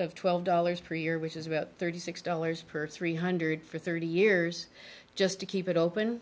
of twelve dollars per year which is about thirty six dollars per three hundred for thirty years just to keep it open